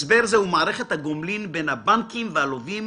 הסבר הזה הוא מערכת הגומלין בין הבנקים והלווים